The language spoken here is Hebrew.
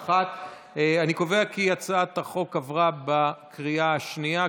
אני קובע כי הצעת החוק כנוסח הוועדה עברה בקריאה השנייה.